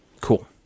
Cool